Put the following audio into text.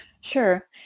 Sure